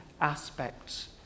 aspects